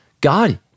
God